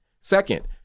Second